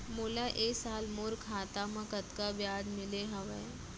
मोला ए साल मोर खाता म कतका ब्याज मिले हवये?